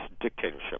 dictatorship